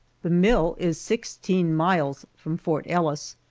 the mill is sixteen miles from fort ellis,